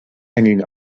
hanging